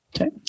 okay